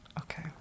Okay